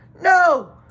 No